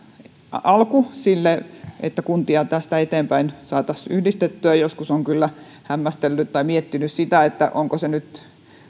alku sille että kuntia tästä eteenpäin saataisiin yhdistettyä joskus olen kyllä miettinyt sitä onko se nyt